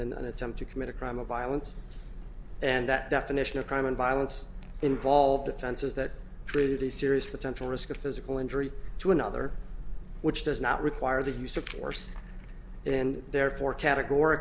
then an attempt to commit a crime of violence and that definition of crime and violence involved offenses that pretty serious potential risk of physical injury to another which does not require the use of force and therefore categor